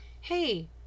hey